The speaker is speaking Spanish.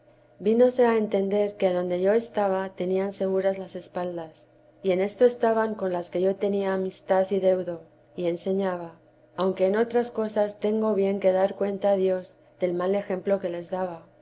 en costumbre vínose a entender que adonde yo estaba tenían seguras las espaldas y en esto estaban con las que yo tenía amistad y deudo y enseñaba aunque en otras cosas tengo bien que dar cuenta a dios del mal ejemplo que les daba